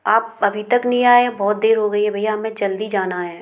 आप अभी तक नहीं आए बहुत देर हो गई है भैया हमें जल्दी जाना हैं